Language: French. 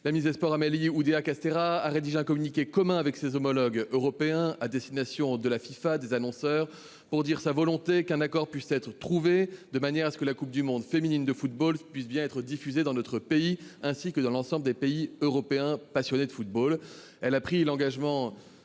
la ministre des Sports Amélie Oudéa-Castéra a rédigé un communiqué commun avec ses homologues européens à destination de la FIFA des annonceurs pour dire sa volonté qu'un accord puisse être trouvé de manière à ce que la Coupe du monde féminine de football puissent bien être diffusés dans notre pays, ainsi que dans l'ensemble des pays européens. Passionné de football.